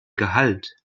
gehalt